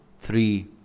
three